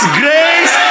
grace